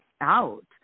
out